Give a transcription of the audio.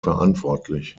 verantwortlich